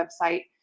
website